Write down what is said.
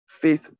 Faith